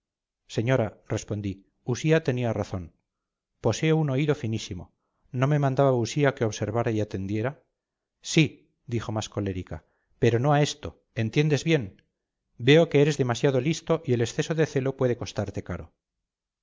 señora respondí usía tenía razón poseo un oído finísimo no me mandaba usía que observara y atendiera sí dijo más colérica pero no a esto entiendes bien veo que eres demasiado listo y el exceso de celo puede costarte caro